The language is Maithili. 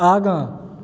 आगाँ